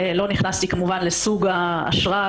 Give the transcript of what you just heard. לא נכנסתי כמובן לסוג האשרה,